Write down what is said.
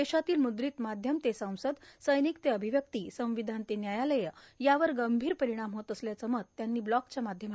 देशातील म्रद्रित माध्यम ते संसद सैनिक ते अभिव्यक्ती संविधान ते व्यायालये यावर गंभीर परिणाम होत असल्याचं मत त्यांनी ब्लॉगच्या माध्यमातून व्यक्त केलं आहे